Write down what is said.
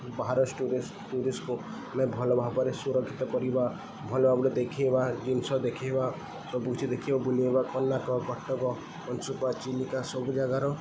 ବାହାର ଟୁରିଷ୍ଟ୍କୁ ଆମେ ଭଲ ଭାବରେ ସୁରକ୍ଷିତ କରିବା ଭଲ ଭାବରେ ଦେଖେଇବା ଜିନିଷ ଦେଖେଇବା ସବୁ କିଛି ଦେଖେଇବା ବୁଲବା କ'ଣନା କଟକ ଅଂଶୁପା ଚିଲିକା ସବୁ ଜାଗାର